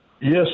Yes